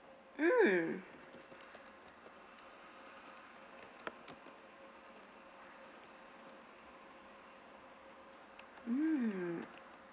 mm mm